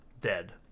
dead